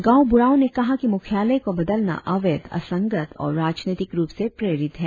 गांव बुढ़ाओं ने कहा कि मुख्यालय को बदलना अवैध असंगत और राजनीतिक रुप से प्रेरित है